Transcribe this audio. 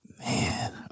Man